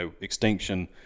extinction